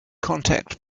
contact